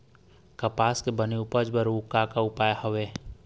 कपास के बने उपज बर अउ का का उपाय हवे?